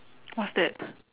what's that